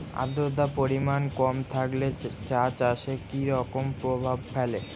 আদ্রতার পরিমাণ কম থাকলে চা চাষে কি রকম প্রভাব ফেলে?